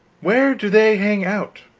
where do they hang out.